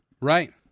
Right